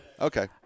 Okay